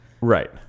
Right